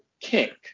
kick